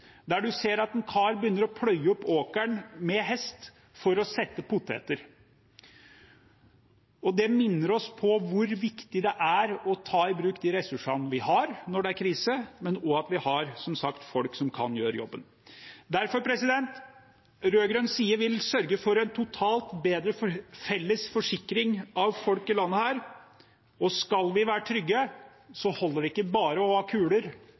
der man ser at en kar begynner å pløye opp åkeren med hest for å sette poteter. Det minner oss på hvor viktig det er å ta i bruk de ressursene vi har når det er krise, men også at vi, som sagt, har folk som kan gjøre jobben. Derfor: Rød-grønn side vil sørge for en totalt bedre felles forsikring av folk i landet her. Og skal vi være trygge, holder det ikke bare å ha kuler,